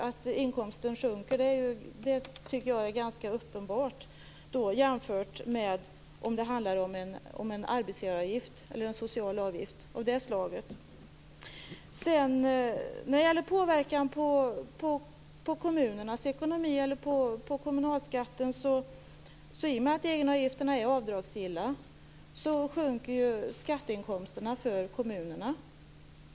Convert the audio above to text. Att inkomsten sjunker, jämfört med om det handlar om en arbetsgivaravgift eller en social avgift av det slaget, tycker jag därför är ganska uppenbart. Sedan gällde det påverkan på kommunernas ekonomi och kommunalskatten. I och med att egenavgifterna är avdragsgilla sjunker ju skatteinkomsterna för kommunerna.